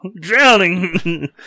drowning